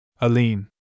Aline